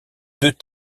deux